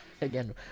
again